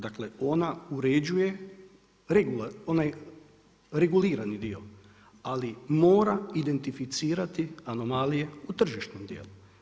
Dakle, ona uređuje onaj regulirani dio, ali mora identificirati anomalije u tržišnom dijelu.